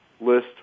list